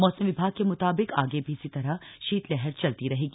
मौसम विभाग के मुताबिक आगे भी इसी तरह शीतलहर चलती रहेगी